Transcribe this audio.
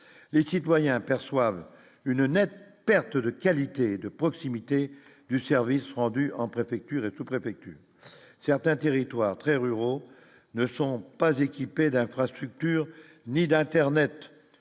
les citoyens perçoivent une nette perte de qualité et de proximité du service rendu en préfecture et tout préfecture certains territoires très ruraux ne sont pas équipés d'infrastructure, ni d'internet